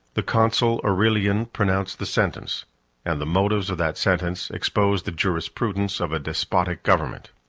the consul aurelian pronounced the sentence and the motives of that sentence expose the jurisprudence of a despotic government.